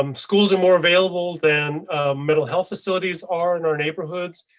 um schools are more available than a mental health. facilities are in our neighborhoods.